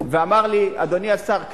ואמר לי: אדוני השר,